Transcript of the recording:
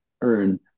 earn